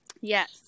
Yes